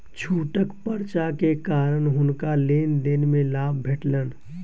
छूटक पर्चा के कारण हुनका लेन देन में लाभ भेटलैन